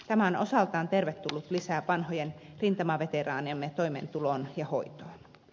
tämä on osaltaan tervetullut lisä vanhojen rintamaveteraaniemme toimeentuloon ja hoitoon